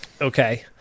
Okay